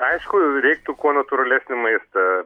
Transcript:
aišku reiktų kuo natūralesnį maistą